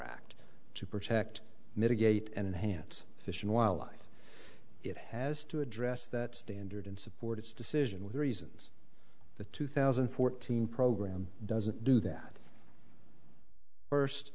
act to protect mitigate and hance fish and wildlife it has to address that standard and support its decision with the reasons the two thousand and fourteen program doesn't do that first